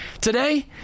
Today